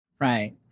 Right